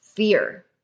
fear